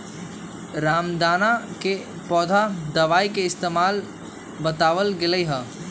रामदाना के पौधा दवाई के इस्तेमाल बतावल गैले है